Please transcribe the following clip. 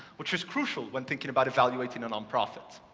which is crucial when thinking about evaluating nonprofits.